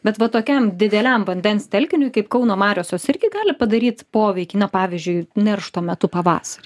bet va tokiam dideliam vandens telkiniui kaip kauno marios jos irgi gali padaryt poveikį na pavyzdžiui neršto metu pavasarį